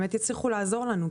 שבאמת יצליחו לעזור לנו,